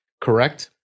correct